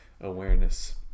awareness